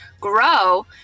grow